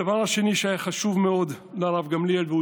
הדבר השני שהיה חשוב מאוד לרב גמליאל והוא